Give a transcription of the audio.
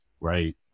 Right